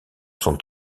sont